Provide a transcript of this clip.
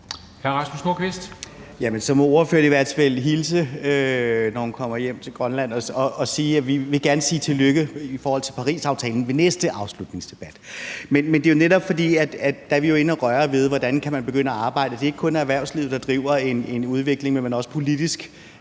Rasmus Nordqvist (SF): Så må ordføreren i hvert fald hilse, når hun kommer hjem til Grønland, og sige, at vi gerne vil sige tillykke i forhold til Parisaftalen – i den næste afslutningsdebat. Men det er jo netop, fordi vi der er inde at røre ved, hvordan man kan begynde at arbejde. Det er ikke kun erhvervslivet, der driver en udvikling, men også politisk